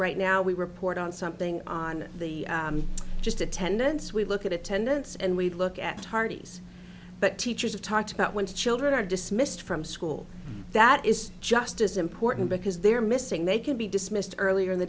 right now we report on something on the just attendance we look at attendance and we look at hardee's but teachers have talked about when children are dismissed from school that is just as important because they're missing they can be dismissed earlier in the